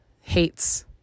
hates